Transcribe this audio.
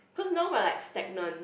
cause no but like stagnant